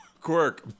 Quirk